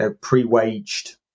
pre-waged